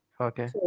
okay